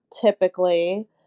typically